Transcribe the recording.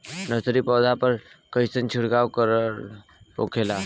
Nursery पौधा पर कइसन छिड़काव कारगर होखेला?